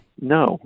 no